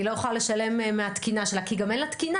היא לא יכולה לשלם מהתקינה שלה כי גם אין לה תקינה,